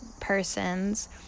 persons